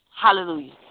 Hallelujah